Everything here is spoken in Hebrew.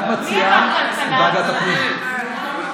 את מציעה ועדת הפנים?